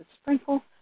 sprinkle